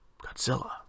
godzilla